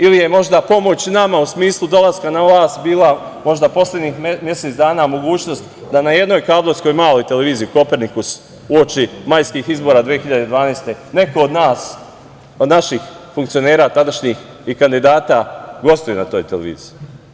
Ili je možda pomoć nama u smislu dolaska na vlast bila možda poslednjih mesec dana mogućnost da na jednoj kablovskoj maloj televiziji „Kopernikus“ uoči majskih izbora 2012. godine neko od nas, od naših funkcionera tadašnjih i kandidata gostuje na toj televiziji.